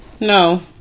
no